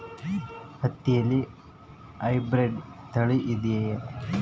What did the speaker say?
ಹತ್ತಿಯಲ್ಲಿ ಹೈಬ್ರಿಡ್ ತಳಿ ಇದೆಯೇ?